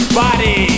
body